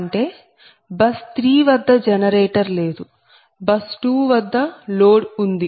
అంటే బస్ 3 వద్ద జనరేటర్ లేదు బస్ 2 వద్ద లోడ్ ఉంది